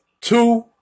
two